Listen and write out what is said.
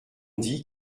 dit